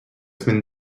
semaine